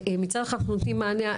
מצד אחד אנחנו נותנים מענה,